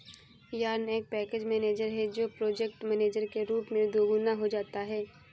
yarn एक package manager है जो प्रोजेक्ट मैनेजर के रूप में दोगुना हो जाता है